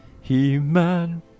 He-Man